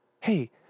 Hey